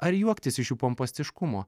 ar juoktis iš jų pompastiškumo